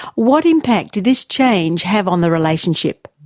what impact did this change have on the relationship?